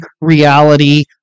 reality